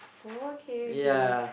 okay okay